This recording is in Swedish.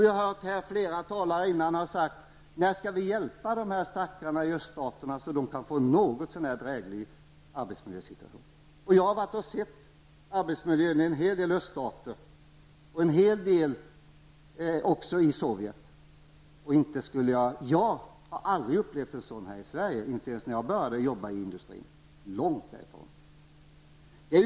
Vi har hört flera talare undra när vi skall hjälpa de stackarna i öststaterna, så att de kan få en något så när dräglig arbetsmiljösituation. Jag har sett arbetsmiljön i en hel del öststater och en hel del även i Sovjet. Jag har aldrig upplevt en sådan miljö här i Sverige, inte ens när jag började jobba i industrin. Långt därifrån.